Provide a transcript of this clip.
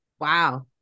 Wow